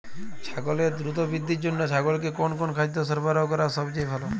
ছাগলের দ্রুত বৃদ্ধির জন্য ছাগলকে কোন কোন খাদ্য সরবরাহ করা সবচেয়ে ভালো?